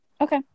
Okay